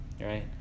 Right